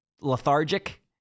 lethargic